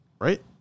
Right